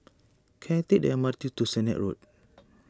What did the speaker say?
can I take the M R T to Sennett Road